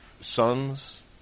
sons